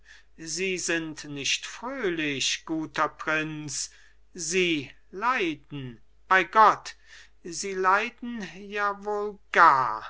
sie sind nicht fröhlich guter prinz sie leiden bei gott sie leiden ja wohl gar